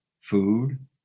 food